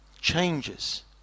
changes